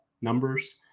numbers